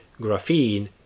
graphene